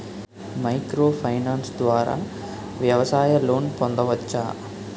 Micro finance ద్వారా వ్యవసాయ loan పొందవచ్చా?